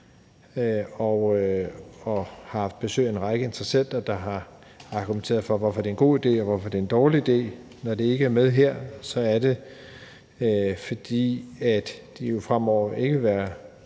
vi har haft besøg af en række interessenter, der har argumenteret for, hvorfor det er en god idé, og hvorfor det er en dårlig idé. Når det ikke er med her, er det, fordi de jo fremover ikke vil være